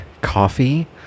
coffee